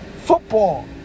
Football